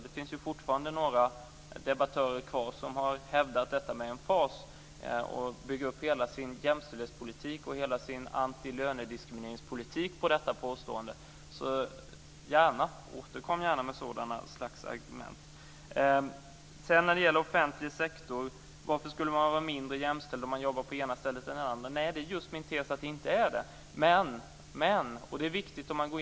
Det finns fortfarande några debattörer kvar som har hävdat detta med emfas och har byggt upp hela sin jämställdhetspolitik och hela sin antilönediskrimineringspolitik på detta påstående. Återkom gärna med sådana argument. Sedan var det frågan om den offentliga sektorn. Det ställdes en fråga om varför man skulle vara mindre jämställd på den ena arbetsplatsen än på den andra. Min tes är att det inte är så.